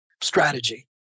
strategy